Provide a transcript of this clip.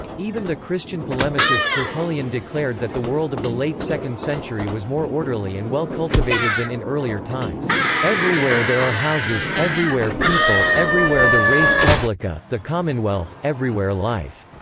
even the christian polemicist tertullian declared that the world of the late second century was more orderly and well-cultivated than in earlier times everywhere there are houses, everywhere people, everywhere the res publica, the commonwealth, everywhere life.